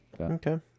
Okay